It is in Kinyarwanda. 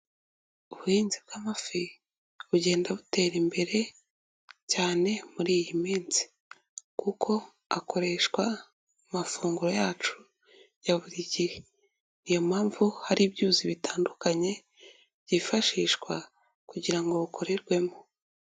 Ubuhinzi bw'amafi bugenda butera imbere cyane muri iyi minsi, kuko akoreshwa mu mafunguro yacu ya buri gihe. Ni iyo mpamvu hari ibyuzi bitandukanye byifashishwa kugira ngo bukorerwemo.